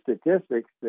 statistics